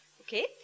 Okay